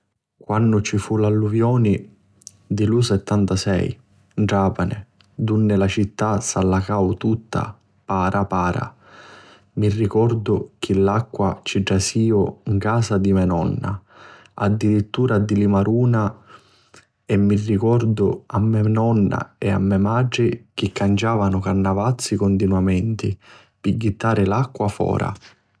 Quannu ci fu l'alluvioni di lu settantasei 'n Trapani dunni la città s'allacau tutta para para mi ricordu chi l'acqua ci trasiu 'n casa di me nonna addirittura di li maruna e mi ricordu a me nonna e a me matri chi canciavanu cannavazzi cuntinuamenti pi jittari acqua fora.